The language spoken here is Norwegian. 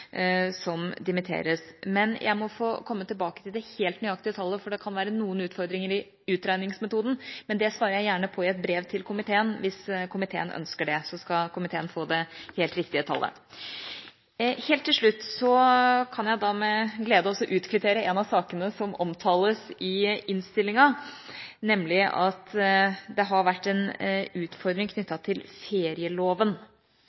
som dimitteres. Jeg må få komme tilbake til det helt nøyaktige tallet, for det kan være noen utfordringer i utregningsmetoden. Men det svarer jeg gjerne på i et brev til komiteen – hvis komiteen ønsker det, skal komiteen få det helt riktige tallet. Helt til slutt kan jeg med glede også kvittere ut en av sakene som omtales i innstillinga, nemlig at det har vært en utfordring